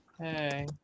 Hey